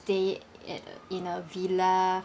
stay at a in a villa